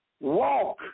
walk